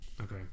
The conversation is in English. okay